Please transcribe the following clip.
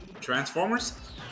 Transformers